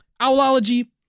Owlology